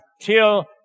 till